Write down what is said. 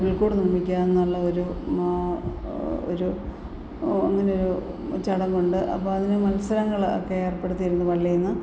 പുൽക്കൂട് നിർമ്മിക്കുക എന്നുള്ള ഒരു ഒരു അങ്ങനെ ഒരു ചടങ്ങുണ്ട് അപ്പോൾ അതിന് മത്സരങ്ങളൊക്കെ ഏർപ്പെടുത്തിയിരുന്നു പള്ളിയിൽ നിന്ന്